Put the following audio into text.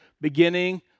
beginning